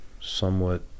somewhat